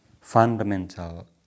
fundamental